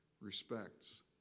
respects